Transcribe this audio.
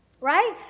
Right